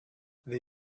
they